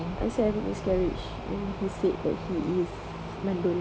I say I got miscarriage and then he said that he is mandul